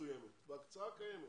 מסוימת בהקצאה הקיימת.